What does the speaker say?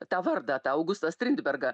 tą vardą tą augustą strindbergą